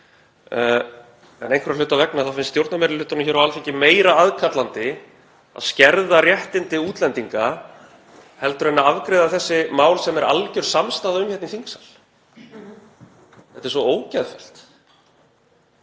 en einhverra hluta vegna þá finnst stjórnarmeirihlutanum hér á Alþingi meira aðkallandi að skerða réttindi útlendinga en að afgreiða þessi mál sem er alger samstaða um hérna í þingsal. Þetta er svo ógeðfellt.